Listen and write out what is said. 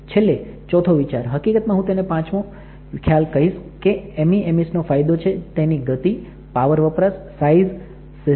છેલ્લે ચોથો વિચાર હકીકત માં હું તેને પાંચમો ખ્યાલ કહીશ કે MEMS નો ફાયદો છે તેની ગતિ પાવર વપરાશ સાઈઝ સીસ્ટમ